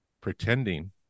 pretending